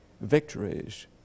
victories